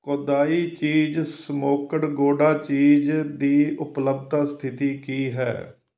Kodai cheese smoked Gouda cheese ਦੀ ਉਪਲਬਧਤਾ ਸਥਿਤੀ ਕੀ ਹੈ